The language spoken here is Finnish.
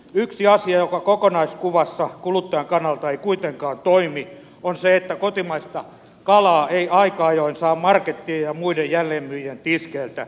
yksi asia joka kokonaiskuvassa kuluttajan kannalta ei kuitenkaan toimi on se että kotimaista kalaa ei aika ajoin saa markettien ja muiden jälleenmyyjien tiskeiltä